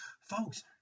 folks